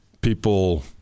people